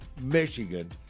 Michigan